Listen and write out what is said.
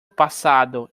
pasado